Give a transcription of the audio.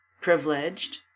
privileged